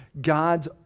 God's